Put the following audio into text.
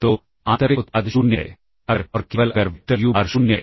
तो आंतरिक उत्पाद 0 है अगर और केवल अगर वेक्टर यू बार 0 है